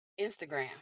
Instagram